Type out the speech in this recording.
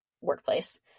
workplace